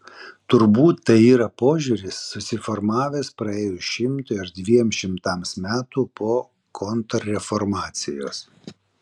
turbūt tai yra požiūris susiformavęs praėjus šimtui ar dviem šimtams metų po kontrreformacijos